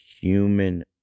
human